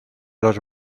los